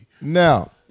Now